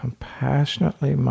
Compassionately